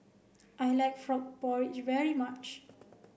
I like frog porridge very much